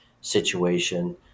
situation